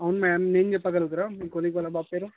అవును ma'am name చెప్పగలుగుతారా మీ కొలిగ్ వాళ్ళ బాబు పేరు